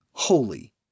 Holy